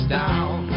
down